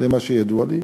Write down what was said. זה מה שידוע לי.